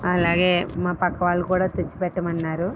అలాగే మా పక్కవాళ్ళు కూడా తెచ్చిపెట్టమన్నారు